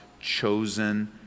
chosen